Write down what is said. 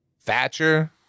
Thatcher